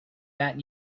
that